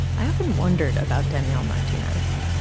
i often wondered about daniel martinez,